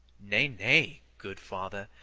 nay, nay, good father,